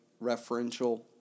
referential